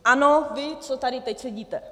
Ano, vy, co tady teď sedíte.